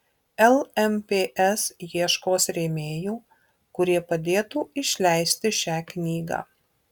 lmps ieškos rėmėjų kurie padėtų išleisti šią knygą